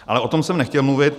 Ale o tom jsem nechtěl mluvit.